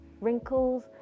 wrinkles